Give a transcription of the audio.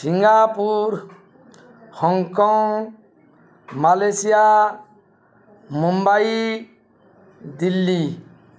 Singapore Hong Kong Malaysia Mumbai Delhi